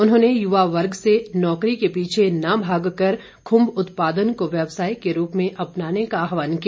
उन्होंने युवा वर्ग से नौकरी के पीछे न भाग कर खुम्ब उत्पादन को व्यवसाय के रूप में अपनाने का आहवान किया